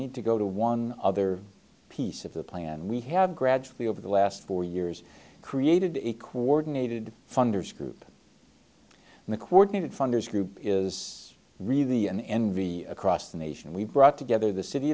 need to go to one other piece of the plan we have gradually over the last four years created a coordinated funders group and the coordinated funders group is really an envy across the nation we brought together the city